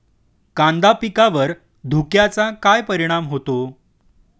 कांदा पिकावर धुक्याचा काय परिणाम होतो?